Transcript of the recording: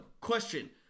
question